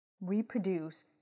reproduce